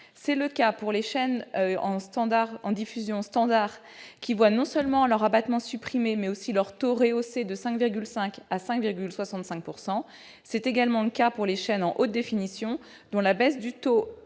C'est le cas pour les chaînes en diffusion standard, qui voient non seulement leur abattement supprimé, mais aussi leur taux rehaussé de 5,5 à 5,65 %. C'est également le cas pour les chaînes en haute définition, pour lesquelles la baisse du taux